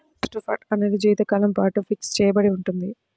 trust fund అనేది జీవితకాలం పాటు ఫిక్స్ చెయ్యబడి ఉంటుంది